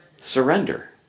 Surrender